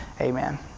Amen